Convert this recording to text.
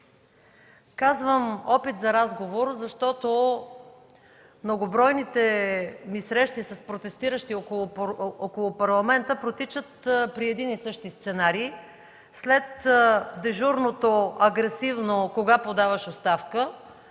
Казвам „опит за разговор”, защото многобройните ми срещи с протестиращи около Парламента протичат при един и същи сценарий – след дежурното, агресивно: „Кога подаваш оставка?”,